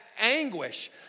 anguish